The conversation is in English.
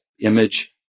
image